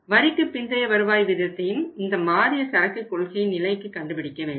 வரிக்குப் பிந்தைய வருவாய் விதத்தையும் இந்த மாறிய சரக்கு கொள்கை நிலைக்கு கண்டுபிடிக்க வேண்டும்